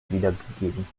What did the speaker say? wiedergegeben